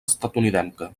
estatunidenca